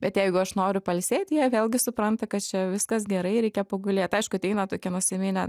bet jeigu aš noriu pailsėt jie vėlgi supranta kad čia viskas gerai reikia pagulėt aišku ateina tokie nusiminę